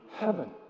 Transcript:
heaven